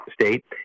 State